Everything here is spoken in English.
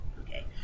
Okay